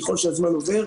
ככל שהזמן עובר,